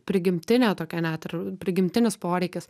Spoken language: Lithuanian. prigimtinė tokia net ir prigimtinis poreikis